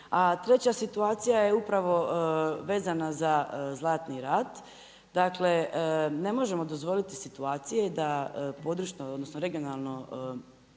A treća situacija je upravo vezana za Zlatni rat. Dakle, ne možemo dozvoliti situacije, pa područno odnosno regionalno